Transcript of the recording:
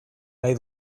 nahi